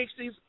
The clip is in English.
60s